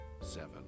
seven